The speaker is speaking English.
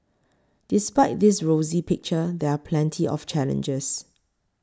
despite this rosy picture there are plenty of challenges